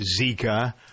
Zika